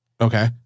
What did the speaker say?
Okay